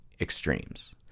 extremes